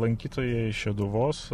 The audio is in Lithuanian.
lankytojai šeduvos